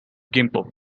gimpo